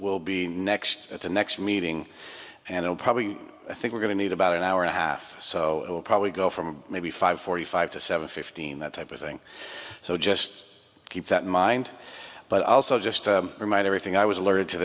will be next at the next meeting and will probably i think we're going to need about an hour and a half so we'll probably go from maybe five forty five to seven fifteen that type of thing so just keep that in mind but also just to remind everything i was aler